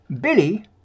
Billy